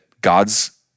God's